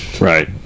Right